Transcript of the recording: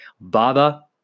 Baba